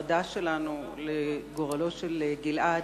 והחרדה שלנו לגורלו של גלעד